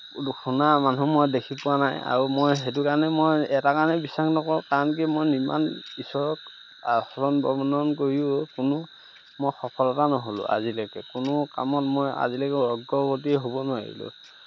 শুনা মানুহ মই দেখি পোৱা নাই আৰু মই সেইটো কাৰণে মই এটা কাৰণেই বিশ্বাস নকৰোঁ কাৰণ কি মই ইমান ঈশ্বৰক আচৰণ বৰ্ণনন কৰিও কোনো মই সফলতা নহ'লোঁ আজিলৈকে কোনো কামত মই আজিলৈকে অগ্ৰগতিয়ে হ'ব নোৱাৰিলোঁ